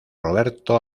roberto